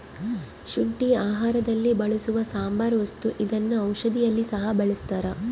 ಶುಂಠಿ ಆಹಾರದಲ್ಲಿ ಬಳಸುವ ಸಾಂಬಾರ ವಸ್ತು ಇದನ್ನ ಔಷಧಿಯಲ್ಲಿ ಸಹ ಬಳಸ್ತಾರ